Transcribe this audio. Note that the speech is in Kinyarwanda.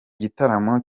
gitaramo